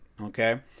Okay